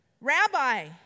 Rabbi